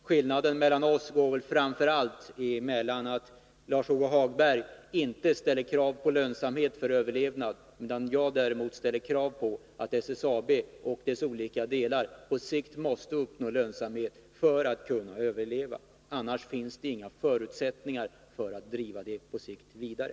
Skillnaden mellan Lars-Ove Hagberg och mig är väl framför allt att Lars-Ove Hagberg inte ställer krav på lönsamhet för överlevnad, medan jag anser att SSAB och dess olika delar på sikt måste uppnå lönsamhet för att kunna överleva, annars finns det inga förutsättningar för att driva företaget vidare.